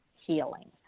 healing